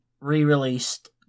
re-released